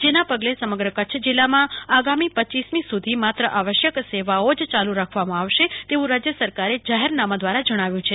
જેના પગલે સમગ્ર કચ્છ જિલ્લામાં આગામી રપ મી સુ ધી માત્ર આવશ્યક સેવાઓ જ ચાલુ રાખવામાં આવશે તેવું રાજય સરકારેજાહેરનામા દ્વારા જણાવ્યું છે